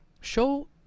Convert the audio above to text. Show